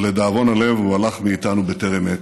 אבל לדאבון הלב הוא הלך מאיתנו בטרם עת.